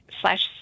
slash